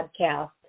podcast